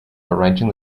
arranging